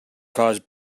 caused